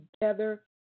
together